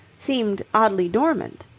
seemed oddly dormant.